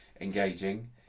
engaging